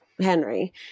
Henry